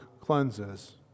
cleanses